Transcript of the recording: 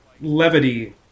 levity